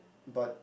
but